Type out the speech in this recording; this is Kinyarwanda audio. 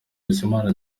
bizimana